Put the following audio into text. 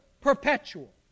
perpetual